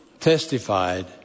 testified